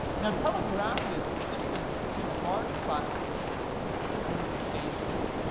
now telegraphia is a symptom that you see in a larger class of disorders known as aphasias.